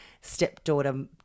stepdaughter